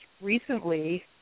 recently